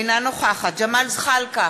אינה נוכחת ג'מאל זחאלקה,